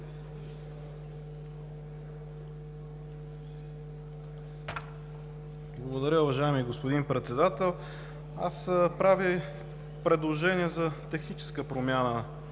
Благодаря, уважаеми господин Председател. Аз правя предложение за техническа промяна